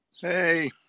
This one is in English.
Hey